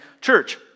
church